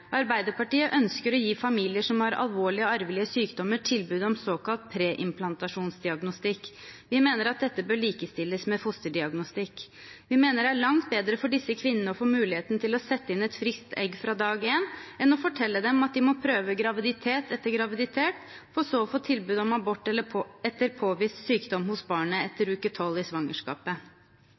Arbeiderpartiet ønsker å gi familier som har alvorlig arvelige sykdommer, tilbud om såkalt preimplantasjonsdiagnostikk. Vi mener at dette bør likestilles med fosterdiagnostikk. Vi mener det er langt bedre for disse kvinnene å få muligheten til å sette inn et friskt egg fra dag én, enn å fortelle dem at de må prøve graviditet etter graviditet for så å få tilbud om abort etter påvist sykdom hos barnet etter uke 12 i svangerskapet.